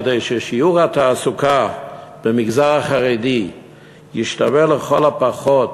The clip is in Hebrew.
כדי ששיעור התעסוקה במגזר החרדי ישתווה לכל הפחות